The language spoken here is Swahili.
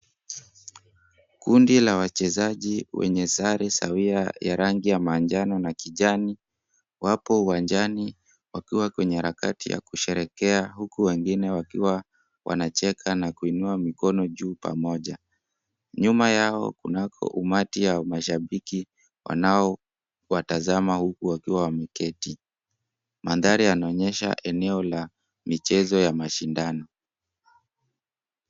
Kundi la wachezaji wenye sare sawia ya rangi ya manjano na kijani, wapo uwanjani, wakiwa kwenye harakati ya kusherehekea, huku wengine wakiwa wanacheka na kuinua mikono juu pamoja. Nyuma yao kunako umati ya mashabiki wanaowatazama, huku wakiwa wameketi. Mandhari yanaonyesha eneo la michezo ya mashindano.